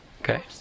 Okay